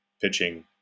pitching